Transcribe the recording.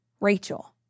Rachel